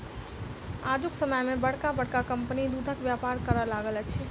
आजुक समय मे बड़का बड़का कम्पनी दूधक व्यापार करय लागल अछि